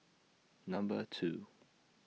Number two